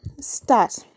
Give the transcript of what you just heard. Start